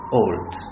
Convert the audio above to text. old